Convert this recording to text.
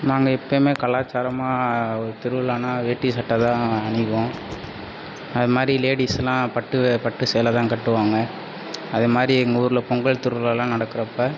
நாங்கள் எப்போயுமே கலாச்சாரமாக ஒரு திருவிழானா வேட்டி சட்டைதான் அணிவோம் அது மாதிரி லேடீஸ்லான் பட்டு பட்டு சேலைதான் கட்டுவாங்க அது மாதிரி எங்கள் ஊரில் பொங்கல் திருவிழாலான் நடக்குறப்போ